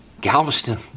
Galveston